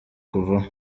kuvaho